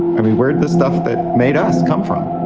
i mean, where did the stuff that made us come from?